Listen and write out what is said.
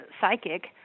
psychic